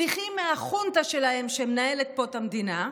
שליחים מהחונטה שלהם שמנהלת פה את המדינה,